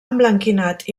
emblanquinat